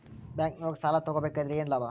ಬ್ಯಾಂಕ್ನೊಳಗ್ ಸಾಲ ತಗೊಬೇಕಾದ್ರೆ ಏನ್ ಲಾಭ?